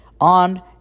on